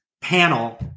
panel